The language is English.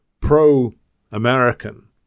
pro-American